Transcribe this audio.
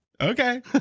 Okay